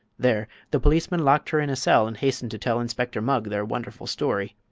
there the policeman locked her in a cell and hastened to tell inspector mugg their wonderful story.